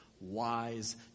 wise